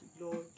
Lord